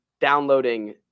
downloading